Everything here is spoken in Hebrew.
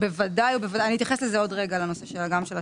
בוודאי, אני אתייחס לזה עוד רגע למה שאמרת.